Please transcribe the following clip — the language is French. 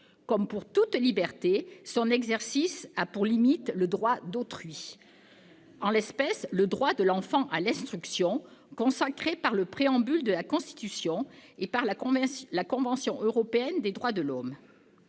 Comme pour toute liberté, son exercice a pour limite le droit d'autrui : en l'espèce, le droit de l'enfant à l'instruction consacré par le préambule de la Constitution et par la convention européenne des droits de l'homme.